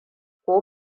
ko